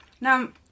Now